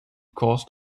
cost